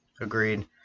Agreed